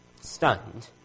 stunned